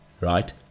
Right